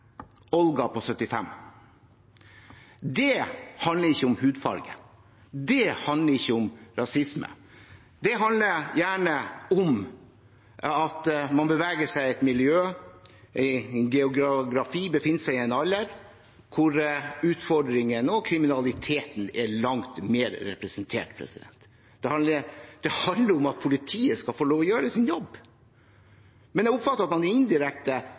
Olga på 75. Det handler ikke om hudfarge, det handler ikke om rasisme. Det handler gjerne om at man beveger seg i et miljø, i en geografi, befinner seg i en alder hvor utfordringene og kriminaliteten er langt mer representert. Det handler om at politiet skal få lov å gjøre sin jobb. Men jeg oppfatter at man indirekte,